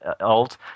old